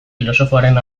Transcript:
filosofoaren